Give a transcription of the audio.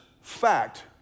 fact